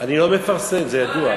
אני לא מפרסם, זה ידוע.